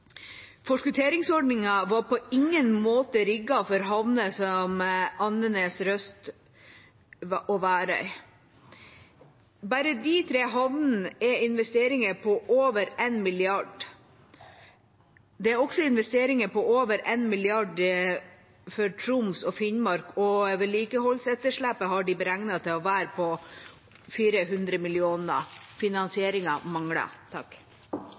Forskutteringsordningen var på ingen måte rigget for havner som Andenes, Røst og Værøy. Bare for de tre havnene er investeringene på over 1 mrd. kr. Det er også investeringer på over 1 mrd. kr for Troms og Finnmark, og de har beregnet vedlikeholdsetterslepet til 400 mill. kr. Finansieringen mangler.